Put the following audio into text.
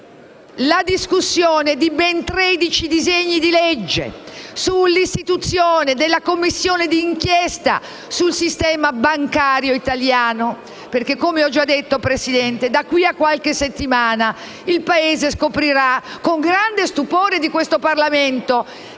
la discussione di ben 13 disegni di legge sull'istituzione della Commissione di inchiesta sul sistema bancario italiano perché, come ho già detto, signor Presidente, da qui a qualche settimana il Paese scoprirà, con grande stupore di questo Parlamento,